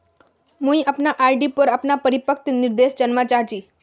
मुई अपना आर.डी पोर अपना परिपक्वता निर्देश जानवा चहची